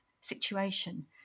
situation